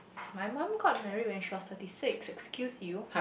my mum got married when she was thirty six excuse you